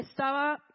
estaba